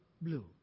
Blue